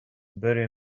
bury